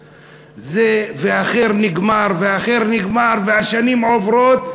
ואחר נגמר, ואחר נגמר, והשנים עוברות.